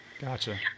Gotcha